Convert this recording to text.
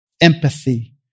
empathy